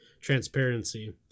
transparency